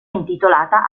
intitolata